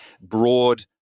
broad